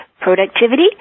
productivity